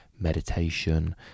meditation